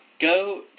Go